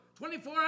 24